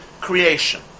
creation